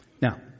Now